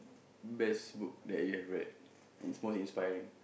best book that you've read that's most inspiring